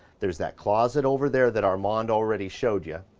there's that closet over there that armand already showed you.